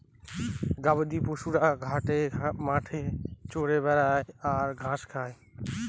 গবাদি পশুরা ঘাটে মাঠে চরে বেড়ায় আর ঘাস খায়